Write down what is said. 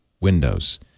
windows